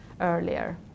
earlier